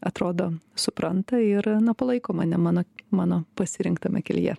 atrodo supranta ir palaiko mane mano mano pasirinktame kelyje